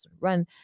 run